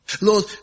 Lord